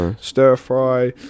stir-fry